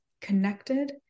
Connected